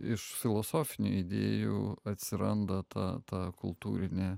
iš filosofinių idėjų atsiranda ta ta kultūrinė